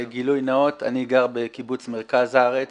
גילוי נאות, אני גר בקיבוץ במרכז הארץ.